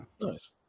Nice